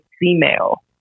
female